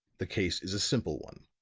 the case is a simple one.